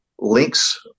links